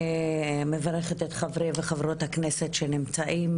מברכת את חברי וחברות הכנסת שנמצאים,